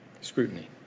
scrutiny